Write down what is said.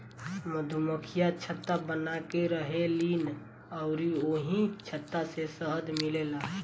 मधुमक्खियाँ छत्ता बनाके रहेलीन अउरी ओही छत्ता से शहद मिलेला